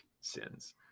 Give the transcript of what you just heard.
sins